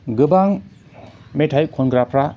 गोबां मेथाइ खनग्राफ्रा